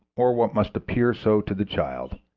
or what must appear so to the child,